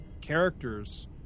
characters